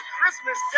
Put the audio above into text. Christmas